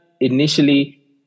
initially